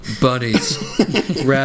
buddies